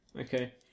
Okay